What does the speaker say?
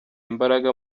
imbaraga